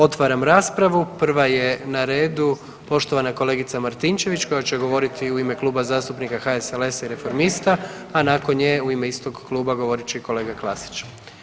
Otvaram raspravu, prva je na redu poštovana kolegica Martinčević koja će govoriti u ime Kluba zastupnika HSLS-a i Reformista, a nakon nje u ime istog kluba govorit će kolega Klasić.